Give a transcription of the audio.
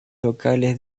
locales